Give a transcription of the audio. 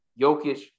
Jokic